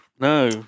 no